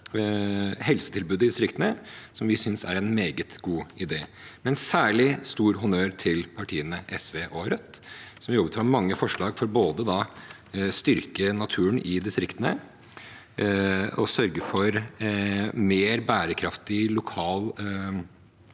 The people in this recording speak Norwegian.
helsetilbudet i distriktene, noe vi synes er en meget god idé. Jeg vi gi særlig stor honnør til partiene SV og Rødt, som har jobbet fram mange forslag for både å styrke naturen i distriktene og å sørge for mer bærekraftig lokal